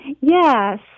yes